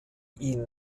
ihn